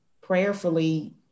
prayerfully